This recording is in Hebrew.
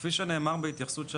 כפי שנאמר בהתייחסות של